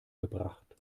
gebracht